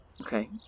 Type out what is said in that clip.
Okay